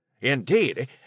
Indeed